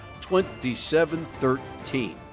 27-13